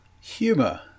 Humour